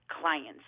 clients